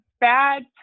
bad